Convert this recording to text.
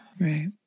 right